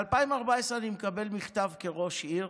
ב-2014 אני מקבל מכתב, כראש עיר,